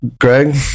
Greg